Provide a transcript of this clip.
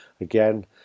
again